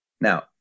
Now